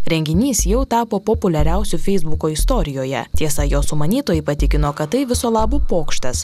renginys jau tapo populiariausiu feisbuko istorijoje tiesa jo sumanytojai patikino kad tai viso labu pokštas